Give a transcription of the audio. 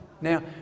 Now